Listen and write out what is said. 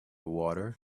water